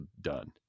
done